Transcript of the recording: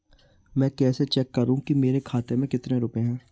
मैं कैसे चेक करूं कि मेरे खाते में कितने रुपए हैं?